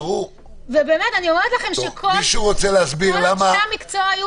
באישור הממשלה,